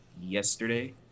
yesterday